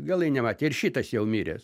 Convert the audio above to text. galai nematė ir šitas jau miręs